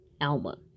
Alma